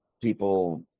people